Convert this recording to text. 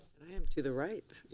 um to the right.